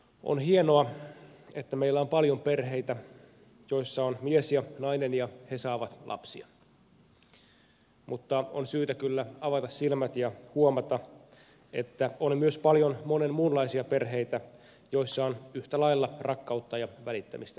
on hienoa että meillä on paljon perheitä joissa on mies ja nainen ja he saavat lapsia mutta on syytä kyllä avata silmät ja huomata että on myös paljon monen muun laisia perheitä joissa on yhtä lailla rakkautta ja välittämistä lapsista